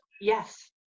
Yes